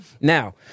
Now